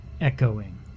echoing